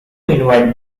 invite